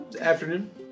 afternoon